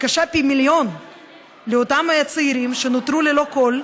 היא קשה פי מיליון לאותם צעירים שנותרו ללא כול,